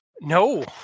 No